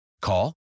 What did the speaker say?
Call